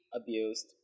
abused